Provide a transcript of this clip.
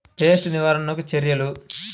Pest నివారణకు చర్యలు?